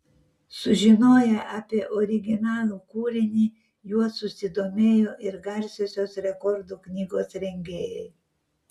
sužinoję apie originalų kūrinį juo susidomėjo ir garsiosios rekordų knygos rengėjai